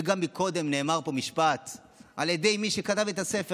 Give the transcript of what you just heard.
וגם קודם נאמר פה משפט על ידי מי שכתב את הספר,